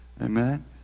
Amen